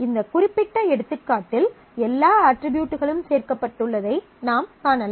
இந்த குறிப்பிட்ட எடுத்துக்காட்டில் எல்லா அட்ரிபியூட்களும் சேர்க்கப்பட்டுள்ளதை நாம் காணலாம்